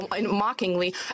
mockingly